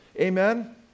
Amen